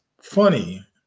funny